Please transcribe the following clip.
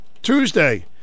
Tuesday